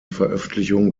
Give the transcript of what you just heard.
veröffentlichung